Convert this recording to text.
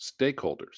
stakeholders